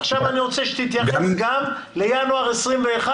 עכשיו אני רוצה שתתייחס גם לינואר 2021,